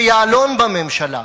שיעלון בממשלה,